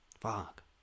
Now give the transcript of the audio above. Fuck